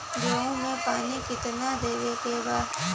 गेहूँ मे पानी कितनादेवे के बा?